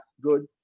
good